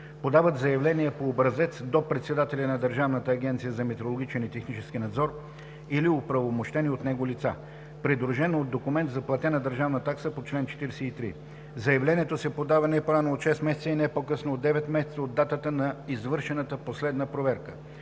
подават заявление по образец до председателя на Държавната агенция за метрологичен и технически надзор или оправомощени от него лица, придружено от документ за платена държавна такса по чл. 43. Заявлението се подава не по-рано от 6 месеца и не по-късно от 9 месеца от датата на извършената последна проверка.“